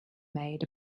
made